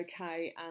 okay